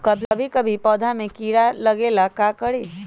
कभी भी पौधा में कीरा न लगे ये ला का करी?